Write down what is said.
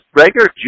regular